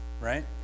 right